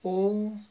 oo